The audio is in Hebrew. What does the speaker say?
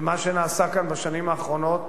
ומה שנעשה כאן בשנים האחרונות,